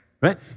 Right